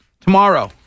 tomorrow